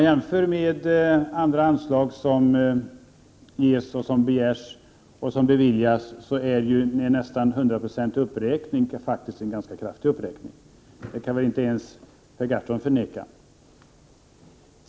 Jämfört med andra anslag som begärs och beviljas är det en nästan hundraprocentig uppräkning. Det är faktiskt en ganska kraftig uppräkning — det kan väl inte ens Per Gahrton förneka.